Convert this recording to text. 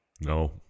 No